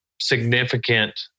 significant